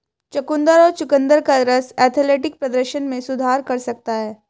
चुकंदर और चुकंदर का रस एथलेटिक प्रदर्शन में सुधार कर सकता है